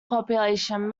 population